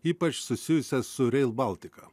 ypač susijusias su rail baltica